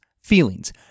feelings